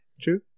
True